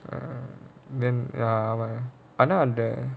then ya